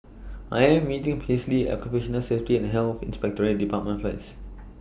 I Am meeting Paisley At Occupational Safety and Health Inspectorate department First